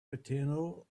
eternal